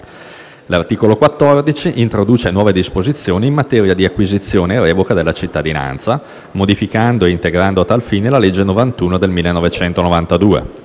L'articolo 14 introduce nuove disposizioni in materia di acquisizione e revoca della cittadinanza, modificando e integrando a tal fine la legge n. 91 del 1992.